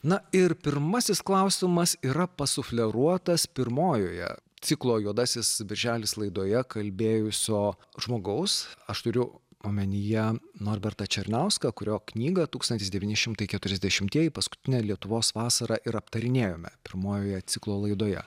na ir pirmasis klausimas yra pasufleruotas pirmojoje ciklo juodasis birželis laidoje kalbėjusio žmogaus aš turiu omenyje norbertą černiauską kurio knygą tūkstantis devyni šimtai keturiasdešimtieji paskutinė lietuvos vasara ir aptarinėjome pirmojoje ciklo laidoje